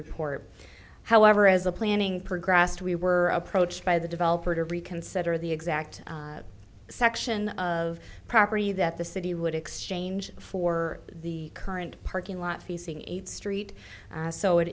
report however as a planning progressed we were approached by the developer to reconsider the exact section of property that the city would exchange for the current parking lot facing a street so it